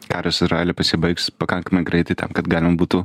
karas izraely pasibaigs pakankamai greitai tam kad galima būtų